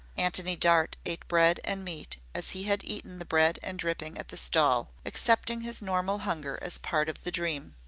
antony dart ate bread and meat as he had eaten the bread and dripping at the stall accepting his normal hunger as part of the dream.